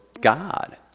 God